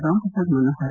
Ramprasad Manohar